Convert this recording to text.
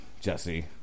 Jesse